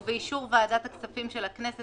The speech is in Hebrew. ובאישור ועדת הכספים של הכנסת,